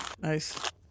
Nice